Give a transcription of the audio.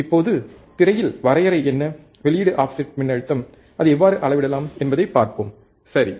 இப்போது திரையில் வரையறை என்ன வெளியீடு ஆஃப்செட் மின்னழுத்தம் அதை எவ்வாறு அளவிடலாம் என்பதைப் பார்ப்போம் சரி